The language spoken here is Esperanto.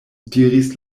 diris